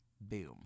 Boom